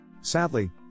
Sadly